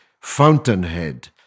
fountainhead